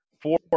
Four